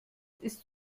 ist